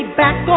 back